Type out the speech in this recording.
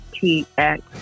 T-X